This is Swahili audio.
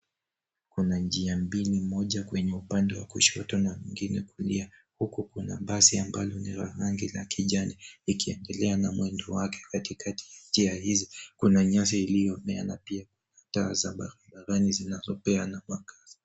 Kuna njia mbili moja kwenye upande wa kushoto na nyingine kulia huku kuna basi ambalo ni la rangi la kijani likiendelea na mwendo wake. Katikati ya njia hizo kuna nyasi iliyomea na pia taa za barabarani zinazopeana mwangaza.